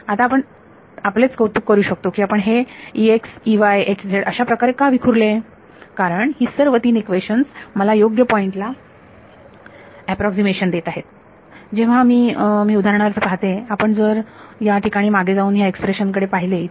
आता आपण आपलेच कौतुक करू शकतो की आपण हे अशाप्रकारे का विखुरले कारण ही सर्व तीन इक्वेशन्स मला योग्य पॉइंट ला अॅप्रॉक्सीमेशन देत आहेत जेव्हा मी मी उदाहरणार्थ पाहते आपण पण जर या ठिकाणी मागे जाऊन या एक्सप्रेशन कडे पाहिले येथे